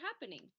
happening